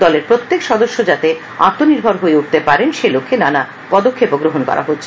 দলের প্রতিটি সদস্য যাতে আত্মনির্ভর হয়ে উঠতে পারেন সেই লক্ষ্যে নানা পদক্ষেপ নেওয়া হচ্ছে